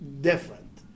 different